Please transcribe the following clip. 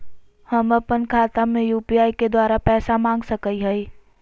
हम अपन खाता में यू.पी.आई के द्वारा पैसा मांग सकई हई?